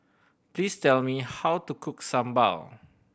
please tell me how to cook sambal